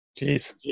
Jeez